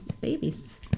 babies